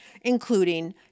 including